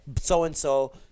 so-and-so